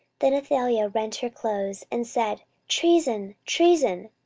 then athaliah rent her clothes, and said, treason, treason.